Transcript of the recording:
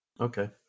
okay